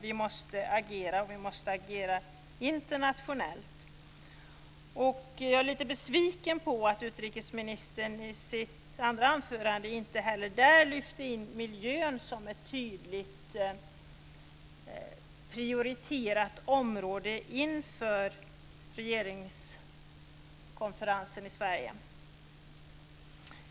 Vi måste agera och vi måste agera internationellt. Jag är lite besviken över att utrikesministern inte heller i sitt andra anförande lyfte in miljön som ett tydligt prioriterat område inför regeringskonferensen i Sverige.